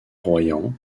royans